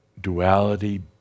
duality